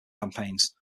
campaigns